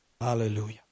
Hallelujah